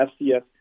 FCS